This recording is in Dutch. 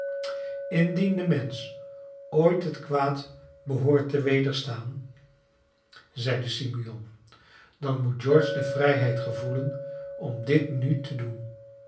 de mensch ooit het kwaad behoort te wederstaan zeide simeon dan moet george de vrijheid gevoelen om dit nu te doen